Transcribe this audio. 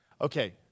Okay